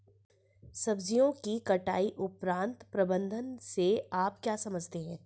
सब्जियों की कटाई उपरांत प्रबंधन से आप क्या समझते हैं?